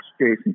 Jason